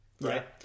right